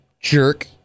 jerk